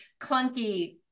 clunky